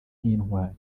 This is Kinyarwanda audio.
nk’intwari